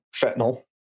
fentanyl